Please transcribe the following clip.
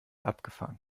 abgefahren